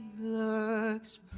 looks